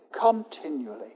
continually